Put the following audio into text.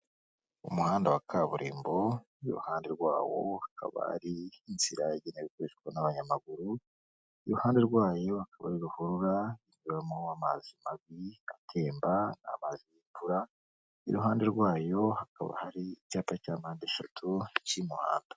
Umuhanda wa kaburimbo, iruhande rwawo akaba hari inzira yagenewe gukoreshwa n'abanyamaguru, iruhande rwayo akaba ari ruhurura ibamo amazi mabi, atemba, amazi y'imvura, iruhande rwayo hakaba hari icyapa cya mpande eshatu cy'umuhanda.